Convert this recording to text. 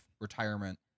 retirement